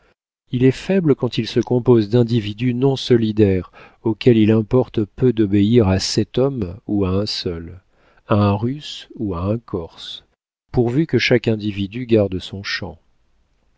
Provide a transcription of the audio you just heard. il est faible quand il se compose d'individus non solidaires auxquels il importe peu d'obéir à sept hommes ou à un seul à un russe ou à un corse pourvu que chaque individu garde son champ